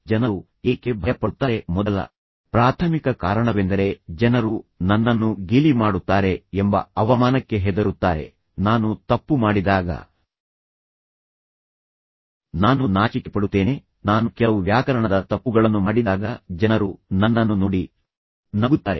ಜನರು ಏಕೆ ಭಯಪಡುತ್ತಾರೆ ಮೊದಲ ಪ್ರಾಥಮಿಕ ಕಾರಣವೆಂದರೆ ಜನರು ನನ್ನನ್ನು ಗೇಲಿ ಮಾಡುತ್ತಾರೆ ಎಂಬ ಅವಮಾನಕ್ಕೆ ಹೆದರುತ್ತಾರೆ ನಾನು ತಪ್ಪು ಮಾಡಿದಾಗ ನಾನು ನಾಚಿಕೆಪಡುತ್ತೇನೆ ನಾನು ಕೆಲವು ವ್ಯಾಕರಣದ ತಪ್ಪುಗಳನ್ನು ಮಾಡಿದಾಗ ಜನರು ನನ್ನನ್ನು ನೋಡಿ ನಗುತ್ತಾರೆ